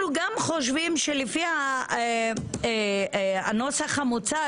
אנחנו גם חושבים שלפי הנוסח המוצע,